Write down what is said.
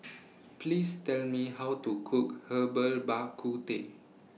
Please Tell Me How to Cook Herbal Bak Ku Teh